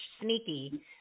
sneaky